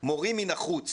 מורים מן החוץ